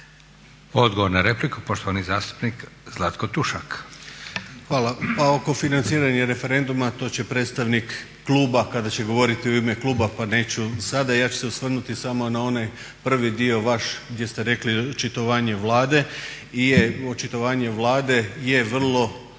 Zlatko (Hrvatski laburisti - Stranka rada)** Hvala. Pa oko financiranja referenduma to će predstavnik kluba kada će govoriti u ime kluba pa neću sada, ja ću se osvrnuti samo na onaj prvi dio vaš gdje ste rekli očitovanje Vlade. Je, očitovanje Vlade je vrlo